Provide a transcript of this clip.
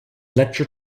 lecture